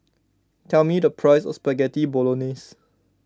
tell me the price of Spaghetti Bolognese